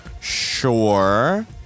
Sure